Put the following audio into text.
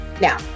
Now